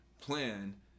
plan